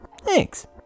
thanks